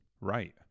right